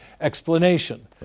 explanation